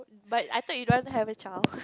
but I thought you don't want to have a child